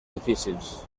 difícils